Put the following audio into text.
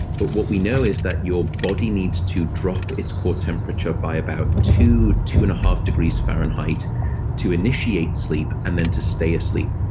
but what we know is that your body needs to drop its core temperature by about two two-and-a-half degrees fahrenheit to initiate sleep, and then to stay asleep.